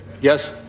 Yes